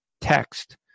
text